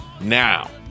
now